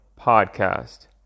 Podcast